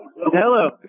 Hello